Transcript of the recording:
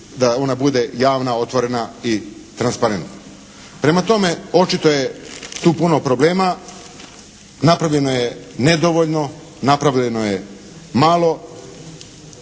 da ona bude javna, otvorena i transparentna. Prema tome, očito je tu puno problema. Napravljeno je nedovoljno, napravljeno je malo.